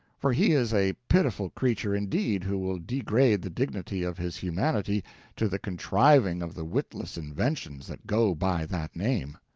for he is a pitiful creature indeed who will degrade the dignity of his humanity to the contriving of the witless inventions that go by that name.